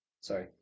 Sorry